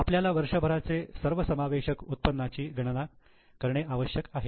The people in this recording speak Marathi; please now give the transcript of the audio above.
आपल्याला वर्षभराचे सर्वसमावेशक उत्पन्नाची गणना करणे आवश्यक आहे